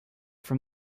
from